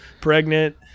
pregnant